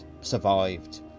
survived